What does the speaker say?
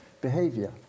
Behavior